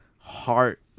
heart